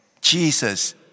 Jesus